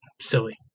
silly